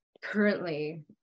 currently